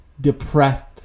depressed